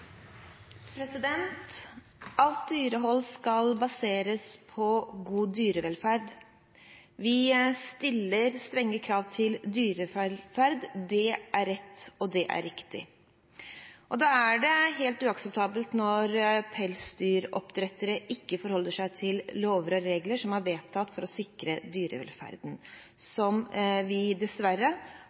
Stortinget. Alt dyrehold skal baseres på god dyrevelferd. Vi stiller strenge krav til dyrevelferd – det er rett, og det er riktig. Da er det helt uakseptabelt når pelsdyroppdrettere ikke forholder seg til lover og regler som er vedtatt for å sikre dyrevelferden, som vi dessverre